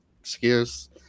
excuse